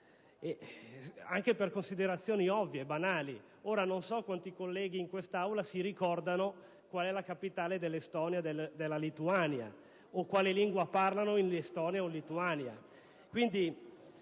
anche per considerazioni ovvie e banali. Non so quanti colleghi in quest'Aula si ricordano qual è la capitale dell'Estonia o della Lituania o quale lingua parlano in quei Paesi, e meno